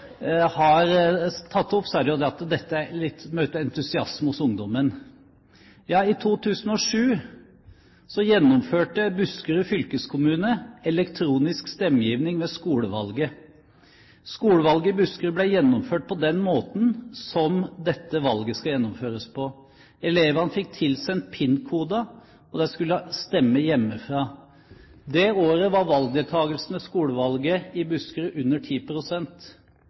at dette vil møte entusiasme hos ungdommen. I 2007 gjennomførte Buskerud fylkeskommune elektronisk stemmegivning ved skolevalget. Skolevalget i Buskerud ble gjennomført på den måten som dette valget skal gjennomføres på. Elevene fikk tilsendt PIN-koder, og de skulle stemme hjemmefra. Det året var valgdeltakelsen ved skolevalget i Buskerud under